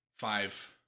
five